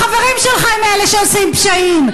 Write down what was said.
החברים שלך הם שעושים פשעים.